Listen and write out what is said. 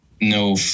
no